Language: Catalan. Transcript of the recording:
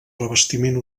revestiment